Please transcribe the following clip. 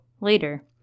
later